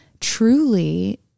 truly